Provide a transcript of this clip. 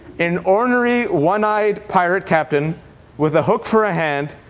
an ornery, one-eyed pirate captain with a hook for a hand,